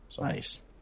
Nice